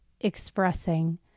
expressing